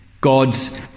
God's